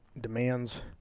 demands